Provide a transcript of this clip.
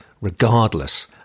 regardless